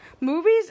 movies